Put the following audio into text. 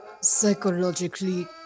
Psychologically